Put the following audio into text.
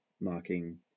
marking